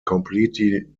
completely